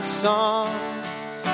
songs